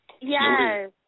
yes